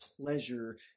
pleasure